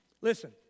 Listen